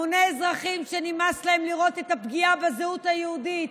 המוני אזרחים שנמאס להם לראות את הפגיעה בזהות היהודית,